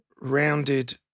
rounded